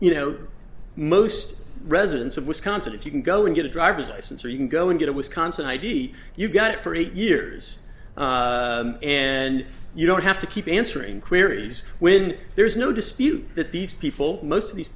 you know most residents of wisconsin if you can go and get a driver's license or you can go and get a wisconsin id you got it for eight years and you don't have to keep answering queries when there is no dispute that these people most of these